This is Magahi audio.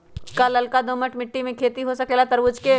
का लालका दोमर मिट्टी में खेती हो सकेला तरबूज के?